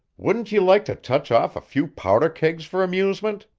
wouldn't you like to touch off a few powder-kegs for amusement?